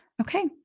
Okay